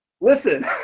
Listen